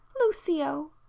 lucio